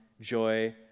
joy